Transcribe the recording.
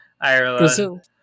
Ireland